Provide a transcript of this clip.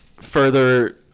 further